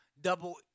double